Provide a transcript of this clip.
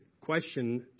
question